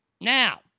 Now